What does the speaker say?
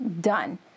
done